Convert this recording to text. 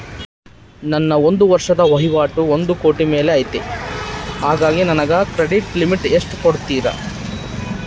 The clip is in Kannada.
ನನ್ನ ಒಂದು ವರ್ಷದ ವಹಿವಾಟು ಒಂದು ಕೋಟಿ ಮೇಲೆ ಐತೆ ಹೇಗಾಗಿ ನನಗೆ ಕ್ರೆಡಿಟ್ ಲಿಮಿಟ್ ಎಷ್ಟು ಕೊಡ್ತೇರಿ?